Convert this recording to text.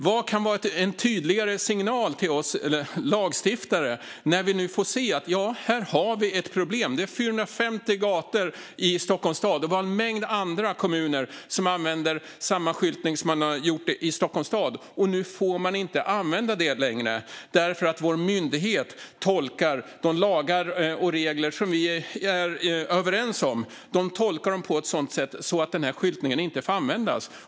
Vad kan vara en tydligare signal till oss lagstiftare när vi nu får se att här finns ett problem? Det handlar om 450 gator i Stockholms stad. Vi har en mängd andra kommuner som använder samma skyltning som man har gjort i Stockholms stad, men vår myndighet tolkar de lagar och regler som vi är överens om på ett sådant sätt att denna skyltning inte får användas.